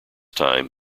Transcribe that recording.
time